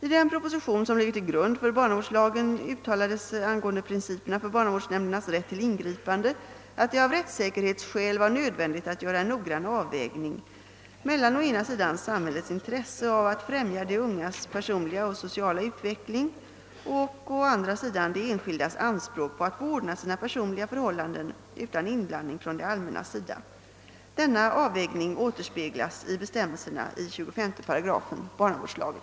I den proposition som ligger till grund för barnavårdslagen uttalades angående principerna för barnavårdsnämndernas rätt till ingripande att det av rättssäkerhetsskäl var nödvändigt att göra en noggrann avvägning mellan å ena sidan samhällets intresse av att främja de ungas personliga och sociala utveckling och å andra sidan de enskildas anspråk på att få ordna sina personliga förhållanden utan inblandning från det allmännas sida. Denna avvägning återspeglas i bestämmelserna i 25 § barnavårdslagen.